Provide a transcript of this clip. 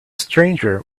stranger